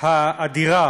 אדירה